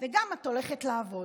וגם את הולכת לעבוד.